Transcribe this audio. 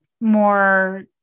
more